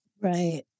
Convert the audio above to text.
Right